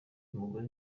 mugore